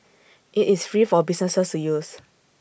IT is free for businesses to use